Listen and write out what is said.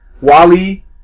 Wally